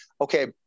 Okay